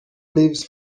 leaves